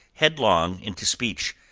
headlong, into speech,